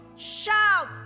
Shout